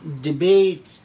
debate